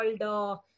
called